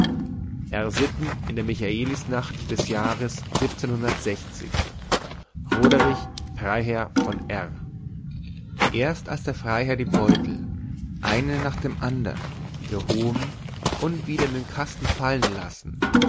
r sitten in der michaelisnacht des jahres roderich freiherr von r erst als der freiherr die beutel einen nach dem andern gehoben und wieder in den kasten fallen lassen